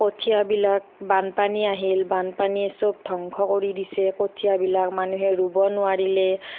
কঠিয়াবিলাক বানপানী আহিল বানপানীয়ে চব ধ্বংস কৰি দিছে কঠিয়াবিলাক মানুহে ৰুব নোৱাৰিলে